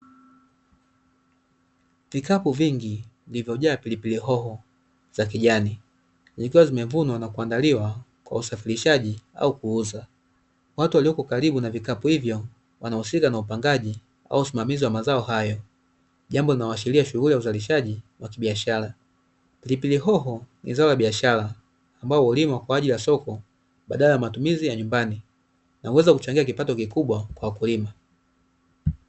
Vikapu vingi vilivyojaa pilipili hoho, za kijani zikiwa zimevunwa na kuandaliwa kwa usafirishaji au kuuzwa. Watu waliopo karibu na vikapu hivyo, wanahusika ma upangaji au na usimamamizi wa mazao hayo, jambo linaloashiria shughuli ya uzalishaji wa kibiashara. Pilipili hoho ni zao la biashara, ambalo hulimwa kwa ajili ya soko badala ya matumizi ya nyumbani, na huweza kuchangia kipato kikubwa kwa wakulima.